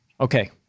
okay